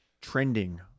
trending